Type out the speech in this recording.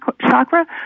chakra